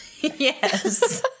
Yes